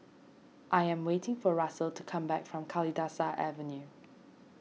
I am waiting for Russel to come back from Kalidasa Avenue